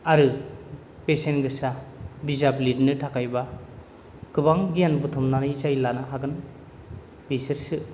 आरो बेसेन गोसा बिजाब लिरनो थाखाय एबा गोबां गियान बुथुमनानै जाय लानो हागोन बिसोरसो